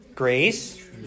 Grace